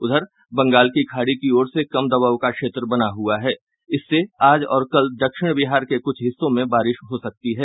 उधर बंगाल की खाड़ी की ओर से कम दबाव का क्षेत्र बना हुआ है इससे आज और कल दक्षिण बिहार के कुछ हिस्सों में बारिश हो सकती है